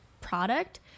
product